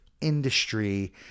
industry